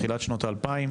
תחילת שנות האלפיים,